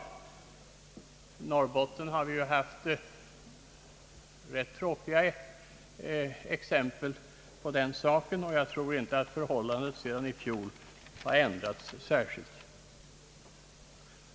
I Norrbotten har vi haft tråkiga exempel på den saken, och jag tror inte att förhållandet har ändrats så mycket sedan i fjol.